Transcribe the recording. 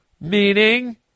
Meaning